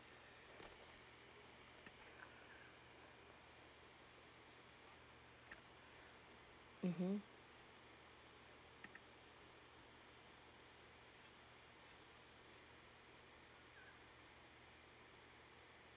mmhmm